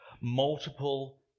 multiple